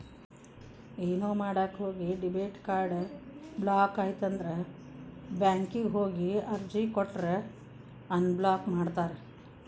ಏನೋ ಮಾಡಕ ಹೋಗಿ ಡೆಬಿಟ್ ಕಾರ್ಡ್ ಬ್ಲಾಕ್ ಆಯ್ತಂದ್ರ ಬ್ಯಾಂಕಿಗ್ ಹೋಗಿ ಅರ್ಜಿ ಕೊಟ್ರ ಅನ್ಬ್ಲಾಕ್ ಮಾಡ್ತಾರಾ